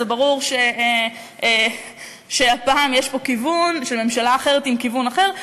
וזה ברור שהפעם יש פה כיוון של ממשלה אחרת עם כיוון אחר.